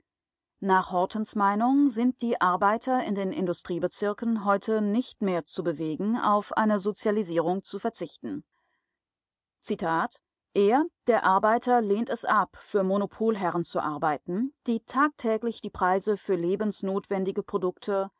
nach hortens meinung sind die arbeiter in den industriebezirken heute nicht mehr zu bewegen auf eine sozialisierung zu verzichten er der arbeiter lehnt es ab für monopolherren zu arbeiten die tagtäglich die preise für lebensnotwendige produkte